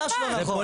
לא, ממש לא נכון.